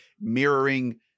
mirroring